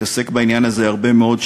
שהתעסק בעניין הזה הרבה מאוד,